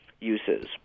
uses